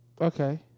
Okay